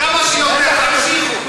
כמה שיותר תמשיכו,